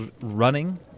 running